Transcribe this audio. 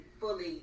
fully